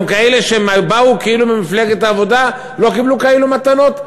גם מכאלה שבאו ממפלגת העבודה לא קיבלו כאלה מתנות,